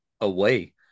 away